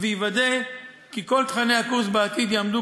ויוודא כי כל תוכני הקורס בעתיד יעמדו